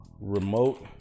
remote